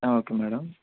okay madam